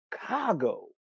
Chicago